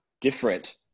different